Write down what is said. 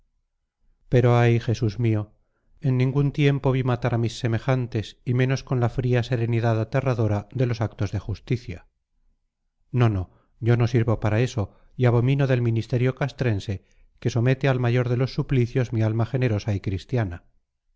pero ay jesús mío en ningún tiempo vi matar a mis semejantes y menos con la fría serenidad aterradora de los actos de justicia no no yo no sirvo para eso y abomino del ministerio castrense que somete al mayor de los suplicios mi alma generosa y cristiana